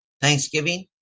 Thanksgiving